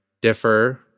differ